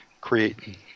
Create